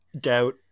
Doubt